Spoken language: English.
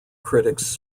critics